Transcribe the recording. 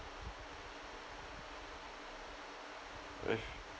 if